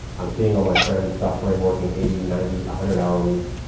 i'm seeing all my friends suffering working eighty, ninety, a hundred hour weeks.